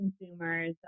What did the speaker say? consumers